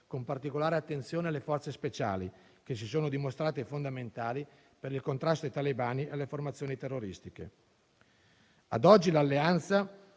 con particolare attenzione alle forze speciali, che si sono dimostrate fondamentali per il contrasto ai talebani e alle formazioni terroristiche. Ad oggi l'Alleanza,